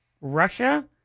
Russia